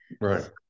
Right